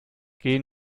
geh